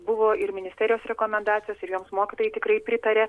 buvo ir ministerijos rekomendacijos ir joms mokytojai tikrai pritarė